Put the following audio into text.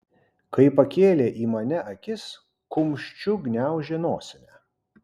kai pakėlė į mane akis kumščiu gniaužė nosinę